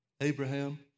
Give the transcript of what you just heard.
Abraham